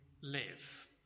live